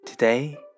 Today